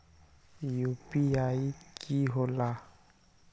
UPI कि होला?